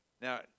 Now